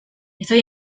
estoy